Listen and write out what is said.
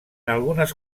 algunes